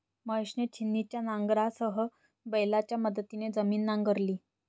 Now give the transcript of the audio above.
महेशने छिन्नीच्या नांगरासह बैलांच्या मदतीने जमीन नांगरली